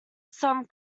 some